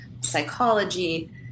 psychology